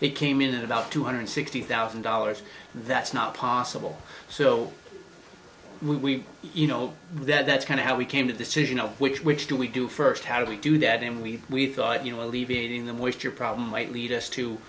it came in at about two hundred sixty thousand dollars that's not possible so we you know that that's kind of how we came to decision which which do we do first how do we do that and we we thought you know alleviating them with your problem might lead us